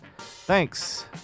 Thanks